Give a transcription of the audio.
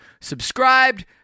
subscribed